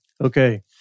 Okay